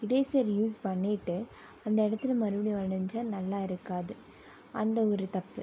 eraser use பண்ணிட்டு அந்த இடத்துல மறுபடியும் வரைஞ்சா நல்லா இருக்காது அந்த ஒரு தப்பு